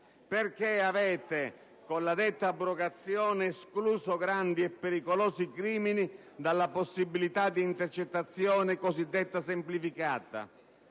Perché avete, con la detta abrogazione, escluso grandi e pericolosi crimini dalla possibilità di intercettazione cosiddetta semplificata?